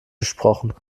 gesprochen